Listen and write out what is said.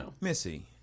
Missy